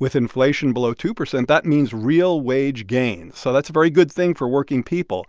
with inflation, below two percent. that means real wage gains. so that's a very good thing for working people.